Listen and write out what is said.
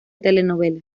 telenovela